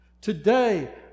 Today